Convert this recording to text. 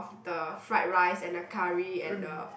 the fried rice and the curry and the